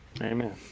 Amen